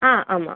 ஆ ஆமாம்